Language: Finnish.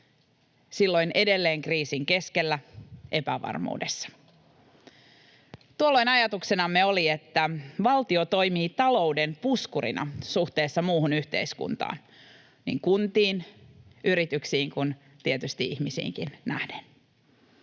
silloin edelleen kriisin keskellä, epävarmuudessa. Tuolloin ajatuksenamme oli, että valtio toimii talouden puskurina suhteessa muuhun yhteiskuntaan — niin kuntiin, yrityksiin kuin tietysti ihmisiinkin nähden.